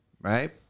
right